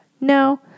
no